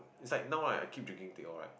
it's like now right I keep drinking teh-O right